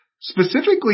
Specifically